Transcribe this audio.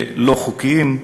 כלא-חוקיים,